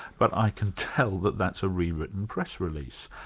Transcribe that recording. but i can tell that that's a rewritten press release.